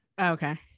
Okay